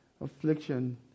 Affliction